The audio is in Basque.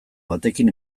batekin